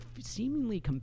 seemingly